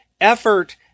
effort